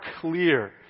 clear